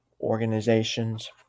organizations